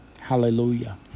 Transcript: Hallelujah